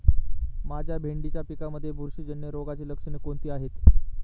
माझ्या भेंडीच्या पिकामध्ये बुरशीजन्य रोगाची लक्षणे कोणती आहेत?